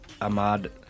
Ahmad